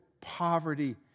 poverty